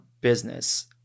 business